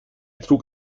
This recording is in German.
trug